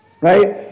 Right